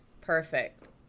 perfect